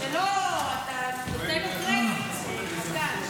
זה לא, אתה נותן לו קרדיט, מתן.